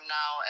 now